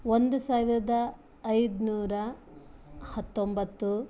ಒಂದು ಸಾವಿರದ ಐದ್ನೂರ ಹತ್ತೊಂಬತ್ತು